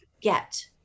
get